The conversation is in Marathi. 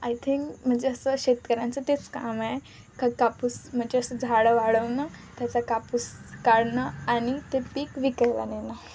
आय थिंक म्हणजे असं शेतकऱ्यांचं तेच काम आहे कापूस म्हणजे असं झाडं वाढवणं त्याचा कापूस काढणं आणि ते पीक विकल्या नेणं